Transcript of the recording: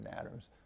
atoms